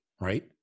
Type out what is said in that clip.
right